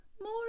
more